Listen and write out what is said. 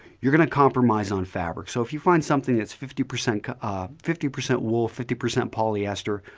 you're going to compromise on fabric. so if you find something that's fifty percent ah fifty percent wool, fifty percent polyester,